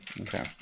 Okay